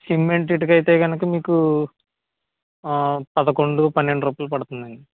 cement ఇటుక అయితే గనుక మీకు ఆ పదకొండు పన్నెండు రూపాయలు పడుతుందండి